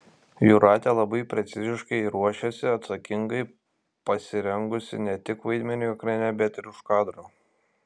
jūratė labai preciziškai ruošiasi atsakingai pasirengusi ne tik vaidmeniui ekrane bet ir už kadro